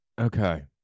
Okay